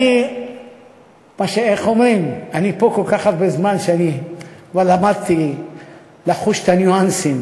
אני פה כל כך הרבה זמן שכבר למדתי לחוש את הניואנסים